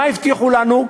מה הבטיחו לנו?